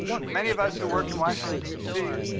for many of us who work in washington d c,